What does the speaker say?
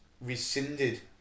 rescinded